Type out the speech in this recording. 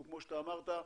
כמו שאמרת,